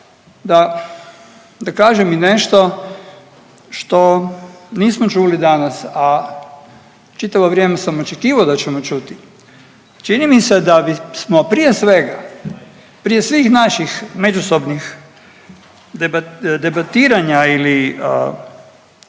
da kažem i nešto što nismo čuli danas, a čitavo vrijeme sam očekivao da ćemo čuti, čini mi se da bismo prije svega, prije svih naših međusobnih debatiranja ili